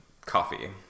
coffee